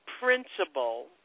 principle